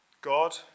God